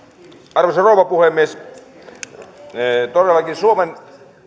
arvoisa rouva puhemies todellakin suomen